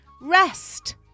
rest